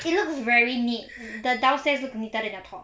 it looks very neat the downstairs look neater than the top